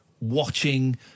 watching